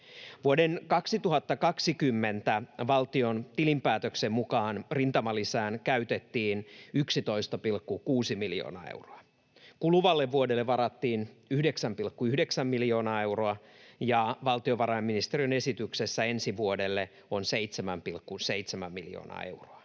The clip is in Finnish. Vuoden 2020 valtion tilinpäätöksen mukaan rintamalisään käytettiin 11,6 miljoonaa euroa. Kuluvalle vuodelle varattiin 9,9 miljoonaa euroa, ja valtiovarainministeriön esityksessä ensi vuodelle on 7,7 miljoonaa euroa.